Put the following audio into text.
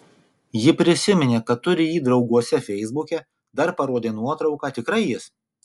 ji prisiminė kad turi jį drauguose feisbuke dar parodė nuotrauką tikrai jis